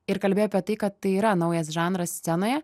ir kalbėjo apie tai kad tai yra naujas žanras scenoje